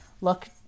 look